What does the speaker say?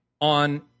on